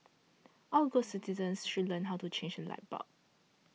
all good citizens should learn how to change a light bulb